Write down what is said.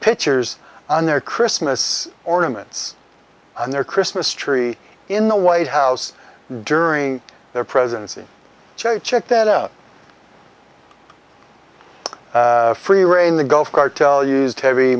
pictures on their christmas ornaments and their christmas tree in the white house during their presidency check that out free reign the gulf cartel used heavy